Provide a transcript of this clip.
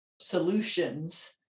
solutions